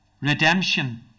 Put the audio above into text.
Redemption